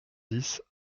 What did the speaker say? dix